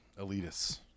elitists